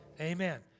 Amen